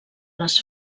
les